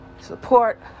Support